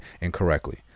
incorrectly